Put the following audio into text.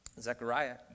Zechariah